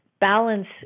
balance